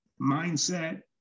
mindset